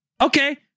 Okay